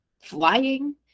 flying